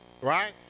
right